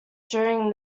during